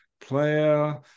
player